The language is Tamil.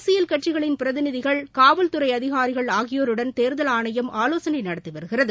அரசியல் கட்சிகளின் பிரதிநிதிகள் காவல்துறை அதிகாரிகள் ஆகியோருடன் தோதல் ஆணையம் ஆலோசனை நடத்தி வருகிறது